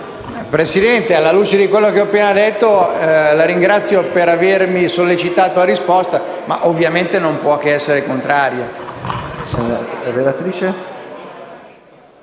Presidente, alla luce di quello che ho appena detto, la ringrazio per avere sollecitato la mia risposta ma ovviamente questa non può che essere contraria.